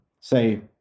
say